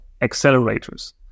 accelerators